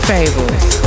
Fables